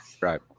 Right